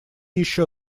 еще